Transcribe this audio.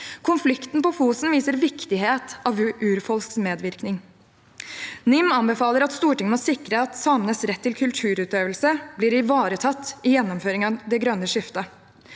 Konflikten på Fosen viser viktigheten av urfolks medvirkning. NIM anbefaler at Stortinget må sikre at samenes rett til kulturutøvelse blir ivaretatt i gjennomføringen av det grønne skiftet.